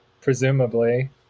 Presumably